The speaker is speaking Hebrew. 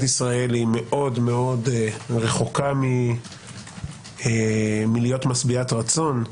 ישראל היא מאוד מאוד רחוקה מלהיות משביעת רצון.